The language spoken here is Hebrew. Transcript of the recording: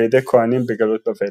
על ידי כהנים בגלות בבל.